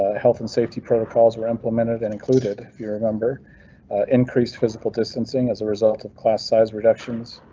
ah health and safety protocols were implemented and included. if you remember increased physical distancing as a result of class size reductions.